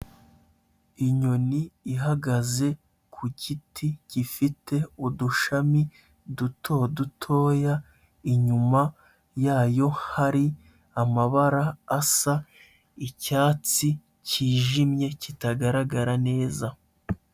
Inyoni ihagaze ku giti gifite udushami duto dutoya, inyuma yayo hari amabara asa icyatsi cyijimye kitagaragara neza.